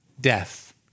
death